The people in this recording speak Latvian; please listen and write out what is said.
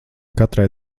katrai